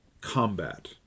combat